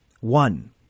one